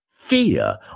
fear